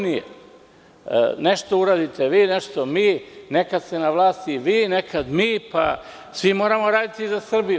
Nešto uradite vi, nešto mi, nekad ste na vlasti vi, nekad mi, svi moramo raditi za Srbiju.